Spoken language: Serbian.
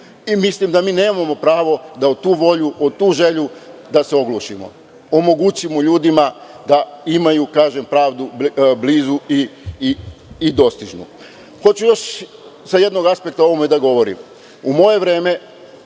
i mislim da mi nemamo pravo da u tu volju, u tu želju da se oglušimo. Omogućimo ljudima da imaju pravdu blizu i dostižnu. Hoću još sa jednog aspekta o ovome da govorim.U